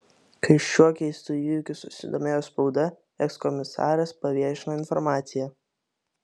kai šiuo keistu įvykiu susidomėjo spauda ekskomisaras paviešino informaciją